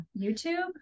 YouTube